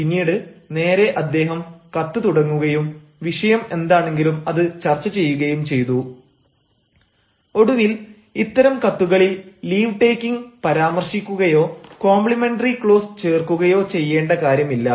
പിന്നീട് നേരെ അദ്ദേഹം കത്ത് തുടങ്ങുകയും വിഷയം എന്താണെങ്കിലും അത് ചർച്ച ചെയ്യുകയും ചെയ്തു ഒടുവിൽ ഇത്തരം കത്തുകളിൽ ലീവ് ടേക്കിങ് പരാമർശിക്കുകയോ കോംപ്ലിമെന്ററി ക്ലോസ് ചേർക്കുകയോ ചെയ്യേണ്ട കാര്യമില്ല